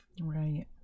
Right